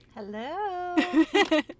Hello